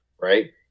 right